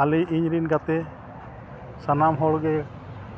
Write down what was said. ᱟᱞᱮ ᱤᱧ ᱨᱮᱱ ᱜᱟᱛᱮ ᱥᱟᱱᱟᱢ ᱦᱚᱲ ᱜᱮ